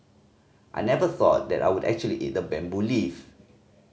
I never thought that I would actually eat a bamboo leaf